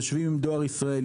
יושבים עם דואר ישראל,